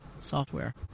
software